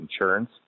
insurance